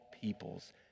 peoples